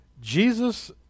Jesus